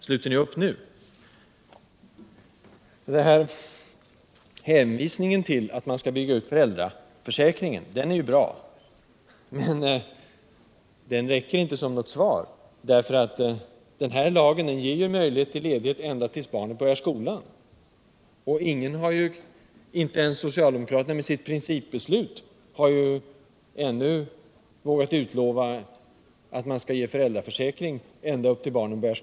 Socialdemokraterna har hänvisat till att man skall bygga ut föräldratörsäkringen. En sådan utbyggnad är i och för sig bra. men den hänvisningen räcker inte som svar. Lagen ger möjlighet till ledighet ända tills barnet börjar skolan, men en föräldraförsäkring som skulle gälla ända tills barnet börjar skolan har ingen talat om —- det förs inte heller fram genom socialdemokraternas förslag om principbeslut.